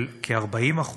כ-40%.